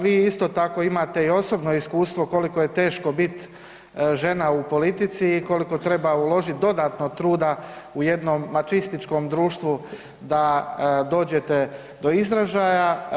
Vi isto tako imate i osobno iskustvo koliko je teško biti žena u politici i koliko treba uložiti dodatno truda u jednom mačističkom društvu da dođete do izražaja.